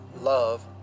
love